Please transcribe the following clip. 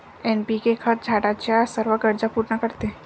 NPK खत झाडाच्या सर्व गरजा पूर्ण करते